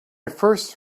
first